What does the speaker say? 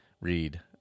Read